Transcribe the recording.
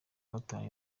gatanu